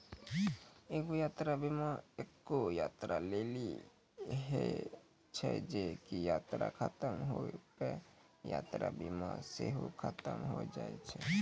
एगो यात्रा बीमा एक्के यात्रा लेली होय छै जे की यात्रा खतम होय पे यात्रा बीमा सेहो खतम होय जाय छै